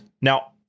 Now